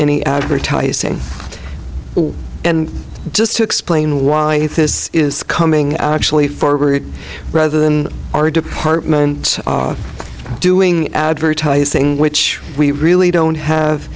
any advertising and just to explain why this is coming actually forward rather than our departments doing advertising which we really don't have